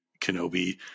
Kenobi